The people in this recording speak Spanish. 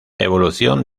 evolución